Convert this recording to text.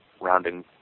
rounding